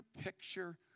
picture